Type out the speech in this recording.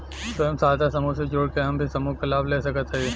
स्वयं सहायता समूह से जुड़ के हम भी समूह क लाभ ले सकत हई?